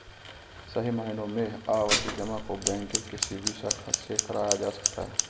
सही मायनों में आवर्ती जमा को बैंक के किसी भी शाखा से कराया जा सकता है